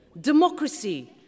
democracy